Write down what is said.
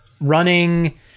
running